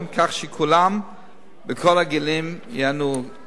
כך שכולם בכל הגילים ייהנו מכך.